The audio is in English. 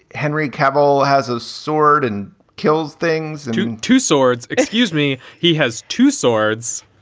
henry cavill has a sword and kills things to two swords excuse me? he has two swords.